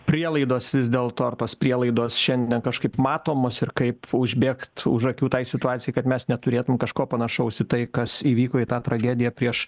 prielaidos vis dėlto ar tos prielaidos šiandien kažkaip matomos ir kaip užbėgt už akių tai situacijai kad mes neturėtumėm kažko panašaus į tai kas įvyko į tą tragediją prieš